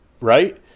right